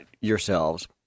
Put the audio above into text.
yourselves